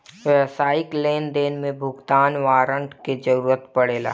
व्यावसायिक लेनदेन में भुगतान वारंट कअ जरुरत पड़ेला